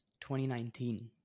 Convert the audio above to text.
2019